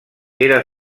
era